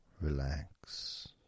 relax